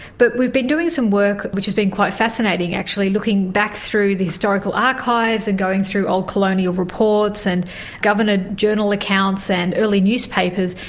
but we've been doing some work which has been quite fascinating actually, looking back through the historical archives and going through old colonial reports and governor journal accounts and early newspapers,